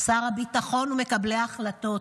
שר הביטחון ומקבלי ההחלטות,